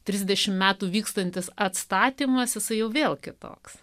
trisdešimt metų vykstantis atstatymas jisai jau vėl kitoks